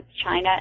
China